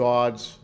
God's